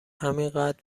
همینقد